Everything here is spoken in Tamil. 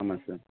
ஆமாம் சார்